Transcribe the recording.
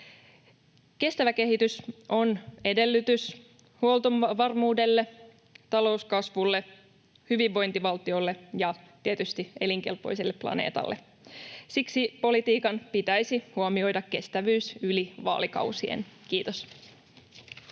Kestävä kehitys on edellytys huoltovarmuudelle, talouskasvulle, hyvinvointivaltiolle ja tietysti elinkelpoiselle planeetalle. Siksi politiikan pitäisi huomioida kestävyys yli vaalikausien. — Kiitos.